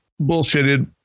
bullshitted